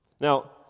Now